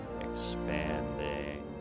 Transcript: expanding